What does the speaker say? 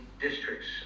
districts